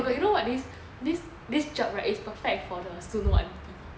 oh my god you know what this this job is perfect for the suno aunty